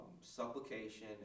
supplication